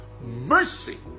mercy